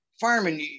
fireman